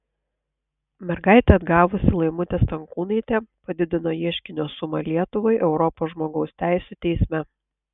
mergaitę atgavusi laimutė stankūnaitė padidino ieškinio sumą lietuvai europos žmogaus teisių teisme